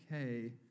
okay